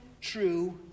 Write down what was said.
true